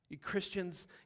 Christians